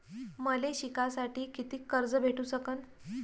मले शिकासाठी कितीक कर्ज भेटू सकन?